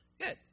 good